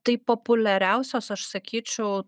tai populiariausios aš sakyčiau